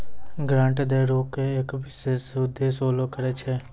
grant दै रो एक विशेष उद्देश्य होलो करै छै